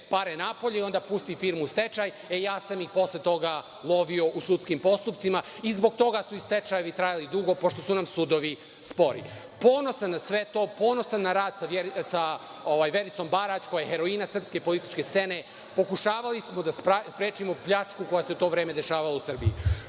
pare napolje i onda pusti firmu u stečaj, e, ja sam ih posle toga lovio u sudskim postupcima i zbog toga su stečajevi trajali dugo, pošto su nam sudovi spori. Ponosan na sve to, ponosan na rad sa Vericom Barać, koja je heroina srpske političke scene, pokušavali smo da sprečimo pljačku koja se u to vreme dešavala u Srbiji. Što